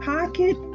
Pocket